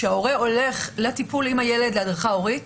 כשההורה הולך לטיפול עם הילד להדרכה הורית,